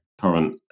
current